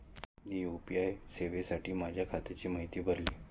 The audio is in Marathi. मी यू.पी.आय सेवेसाठी माझ्या खात्याची माहिती भरली